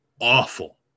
awful